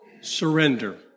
surrender